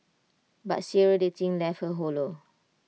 but serial dating left her hollow